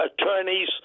attorneys